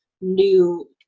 new